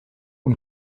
und